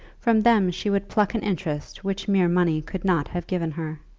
from them she would pluck an interest which mere money could not have given her.